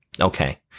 Okay